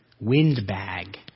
Windbag